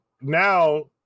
now